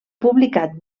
publicat